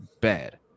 bad